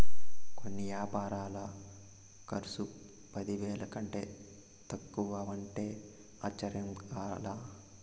కొన్ని యాపారాల కర్సు పదివేల కంటే తక్కువంటే ఆశ్చర్యంగా లా